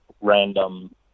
random